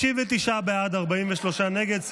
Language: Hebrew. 59 בעד, 43 נגד.